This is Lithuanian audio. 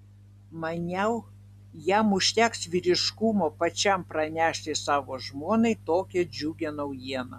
maniau jam užteks vyriškumo pačiam pranešti savo žmonai tokią džiugią naujieną